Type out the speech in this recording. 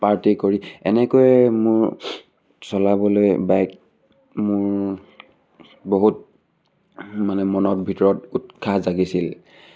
party কৰি এনেকৈয়ে মোৰ চলাবলৈ বাইক মোৰ বহুত মানে মনৰ ভিতৰত উৎসাহ জাগিছিল